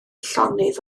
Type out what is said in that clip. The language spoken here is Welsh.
llonydd